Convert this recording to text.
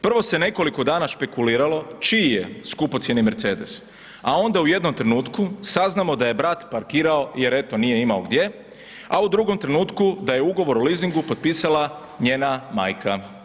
Prvo se nekoliko dana špekuliralo čiji je skupocjeni Mercedes a onda u jednom trenutku saznamo da je brat parkirao jer eto nije imao gdje a u drugom trenutku da je ugovor o leasingu potpisala njena majka.